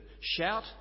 Shout